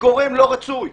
לגורם לא רצוי.